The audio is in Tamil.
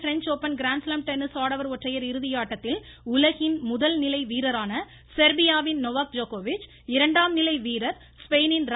பிரெஞ்ச் ஆப்பன் கிராண்ட்ஸ்லாம் டென்னிஸ் ஆடவர் ஒற்றையர் இறுதி ஆட்டத்தில் உலகின் முதல் நிலை வீரரான செர்பியாவின் நொவோக் ஜோக்கோவிச் இரண்டாம் நிலை வீரர் ஸ்பெயினின் ர